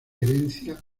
herencia